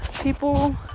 people